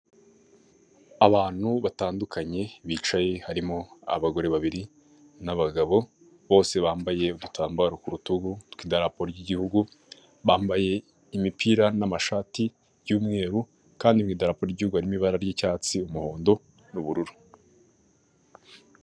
Ni mu isoko ry'ibiribwa harimo abantu bagaragara ko bari kugurisha, ndabona imboga zitandukanye, inyuma yaho ndahabona ibindi bintu biri gucuruzwa ,ndahabona ikimeze nk'umutaka ,ndahabona hirya ibiti ndetse hirya yaho hari n'inyubako.